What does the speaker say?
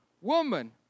woman